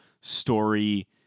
story